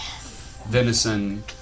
venison